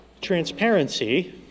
Transparency